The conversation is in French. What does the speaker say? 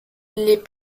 les